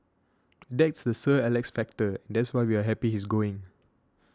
that's the Sir Alex factor and that's why we're happy he's going